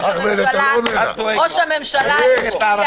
--- ראש הממשלה בעשור